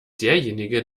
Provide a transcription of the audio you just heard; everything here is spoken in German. derjenige